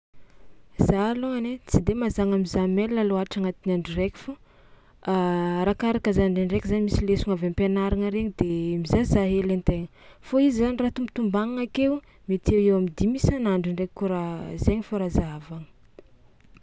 Za alôny ai tsy mazàgna mizaha mail loatra agnatin'ny andro raiky fo arakaraka zany ndraindraiky zany misy lesona avy am-pianaragna regny de mizahazaha hely an-tegna fô izy zany raha tombatombagnana akeo mety eo ho eo am'dimy isan'andro ndraiky koa raha zainy fo raha zahavagna.